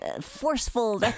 forceful